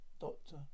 Doctor